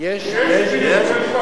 יש דיון.